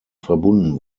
verbunden